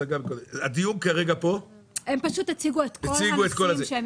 הדיון כרגע פה --- הם פשוט הציגו את כל הנושאים שהם